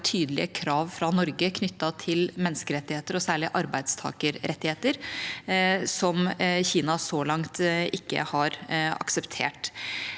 tydelige krav fra Norge knyttet til menneskerettigheter og særlig arbeidstakerrettigheter, som Kina så langt ikke har akseptert.